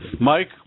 Mike